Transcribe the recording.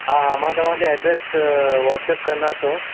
हा हा मं तव्हांखे एड्रेस वॉटसप कया थो